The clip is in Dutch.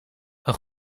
een